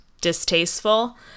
distasteful